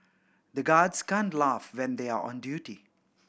the guards can't laugh when they are on duty